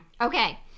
Okay